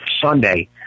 Sunday